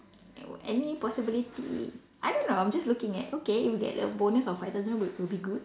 any possibility I don't know I'm just looking at okay if get a bonus of five thousand would would be good